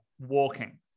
walking